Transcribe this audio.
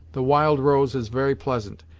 the wild rose is very pleasant,